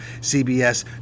CBS